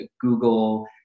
Google